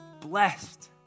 blessed